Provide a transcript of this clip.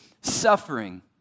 suffering